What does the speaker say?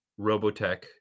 robotech